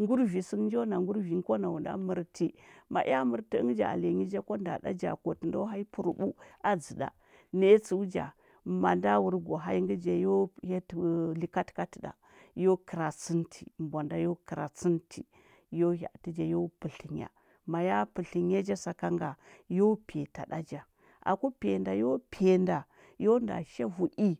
Ngurvi sə ngə njo na ngurvi ngə kwa nau nda mərti. Ma ea mərtə əngə ja alenya ja kwa nda ɗa ja kwatə ndo hanyi puruɓəu, a dzə ɗa. Naya tsəu ja, ma nda wur go hanyi ngə ja yo həya tə likatəkatə ɗa yo kəratsənti. Mbwa nda yo kəratsənti, yo hya atə ja, yo pətlənya. Ma ya pətlənya ja aka nga, yo piyata ɗa ja. Aku piya nda yo piya nda, yo nda sha vu i,